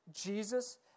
Jesus